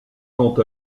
quant